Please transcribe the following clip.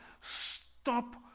Stop